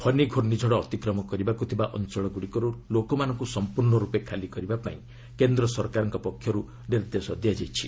ଫନି ଘୂର୍ଷିକଡ଼ ଅତିକ୍ରମ କରିବାକୁ ଥିବା ଅଞ୍ଚଳ ଗୁଡ଼ିକରୁ ଲୋକମାନଙ୍କୁ ସମ୍ପର୍ଷରୂପେ ଖାଲି କରିବା ପାଇଁ କେନ୍ଦ୍ର ସରକାରଙ୍କ ପକ୍ଷରୁ ନିର୍ଦ୍ଦେଶ ଦିଆଯାଇଛି